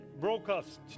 broadcast